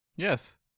Yes